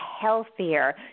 healthier